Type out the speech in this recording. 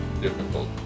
difficult